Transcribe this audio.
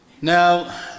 Now